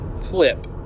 flip